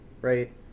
Right